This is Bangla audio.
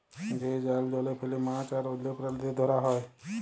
যে জাল জলে ফেলে মাছ আর অল্য প্রালিদের ধরা হ্যয়